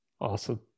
Awesome